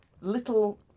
little